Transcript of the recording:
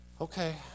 Okay